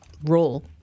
role